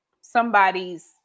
somebody's